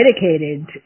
dedicated